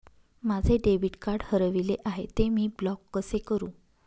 माझे debit card हरविले आहे, ते मी ब्लॉक कसे करु?